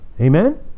amen